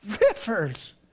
rivers